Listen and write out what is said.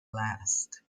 last